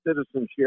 citizenship